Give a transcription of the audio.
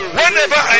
Whenever